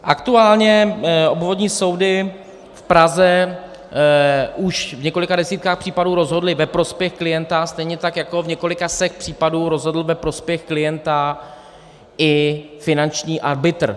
Aktuálně obvodní soudy v Praze už v několika desítkách případů rozhodly ve prospěch klienta, stejně jako v několika stech případů rozhodl ve prospěch klienta i finanční arbitr.